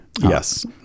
Yes